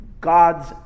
God's